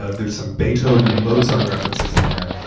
ah there's some beethoven and mozart references in there,